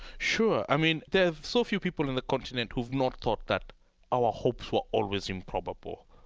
sure. i mean, there are so few people on the continent who've not thought that our hopes were always improbable.